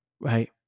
Right